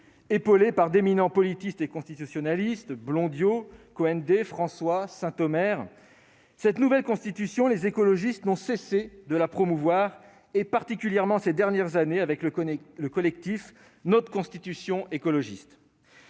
épaulé par d'éminents politistes et constitutionnalistes : Loïc Blondiaux, Marie-Anne Cohendet, Bastien François, Yves Sintomer, etc. Cette nouvelle constitution, les écologistes n'ont cessé de la promouvoir, et particulièrement ces dernières années avec le collectif Notre Constitution écologiste.